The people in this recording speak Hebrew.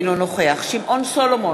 אינו נוכח שמעון סולומון,